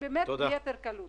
רק ביתר קלות.